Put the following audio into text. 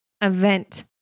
event